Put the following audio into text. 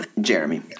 Jeremy